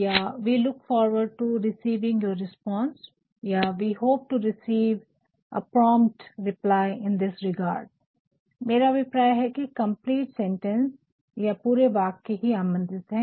या we look forward to receiving your response या we hope to receive a prompt reply in this regard मेरा अभिप्राय है की कम्पलीट सेंटेंस या पूरे वाक्य ही आमंत्रित है